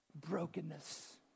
brokenness